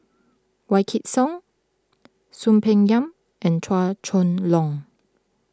Wykidd Song Soon Peng Yam and Chua Chong Long